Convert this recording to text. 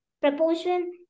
proportion